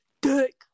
dick